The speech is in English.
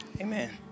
Amen